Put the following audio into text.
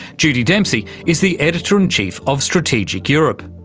judy dempsey is the editor-in-chief of strategic europe